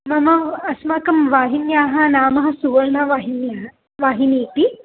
मम अस्माकं वाहिन्याः नाम सुवर्णवाहिन्याः वाहिनी इति